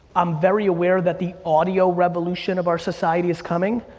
i'm very aware that the audio revolution of our society is coming.